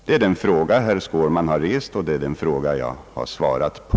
Det är den fråga herr Skårman rest, och det är den fråga jag har svarat på.